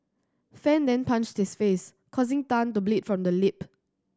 fan then punched his face causing Tan to bleed from the lip